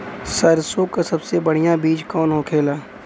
सरसों का सबसे बढ़ियां बीज कवन होखेला?